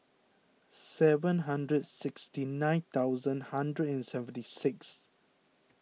seven hundred sixty nine thousand hundred and seventy six